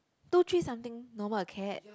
two three something normal acad